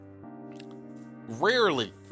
Rarely